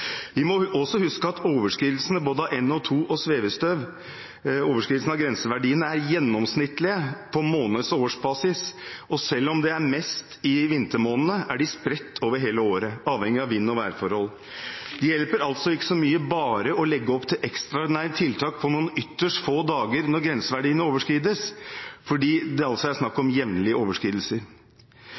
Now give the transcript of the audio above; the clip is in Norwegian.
Vi må også huske at overskridelsene av grenseverdiene av både NO2 og svevestøv er gjennomsnittlige, på månedsbasis og årsbasis, og selv om det er mest i vintermånedene, er de spredt over hele året, avhengig av vind og værforhold. Det hjelper altså ikke så mye bare å legge opp til ekstraordinære tiltak på noen ytterst få dager når grenseverdiene overskrides, for det er snakk om jevnlige overskridelser.